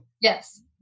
Yes